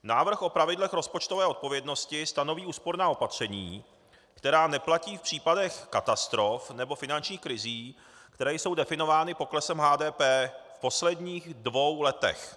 Návrh o pravidlech rozpočtové odpovědnosti stanoví úsporná opatření, která neplatí v případech katastrof nebo finančních krizí, které jsou definovány poklesem HDP v posledních dvou letech.